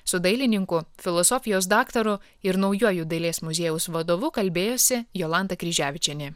su dailininku filosofijos daktaru ir naujuoju dailės muziejaus vadovu kalbėjosi jolanta kryževičienė